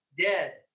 dead